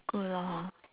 good lor